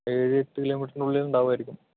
ഏഴ് എട്ട് കിലോമീറ്ററിനുള്ളിൽ ഉണ്ടാകുവായിരിക്കും